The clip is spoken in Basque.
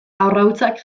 arrautzak